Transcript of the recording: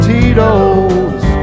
Tito's